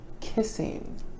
Kissing